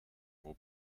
will